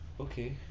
Okay